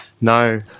no